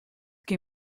kin